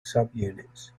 subunits